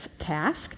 task